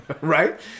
right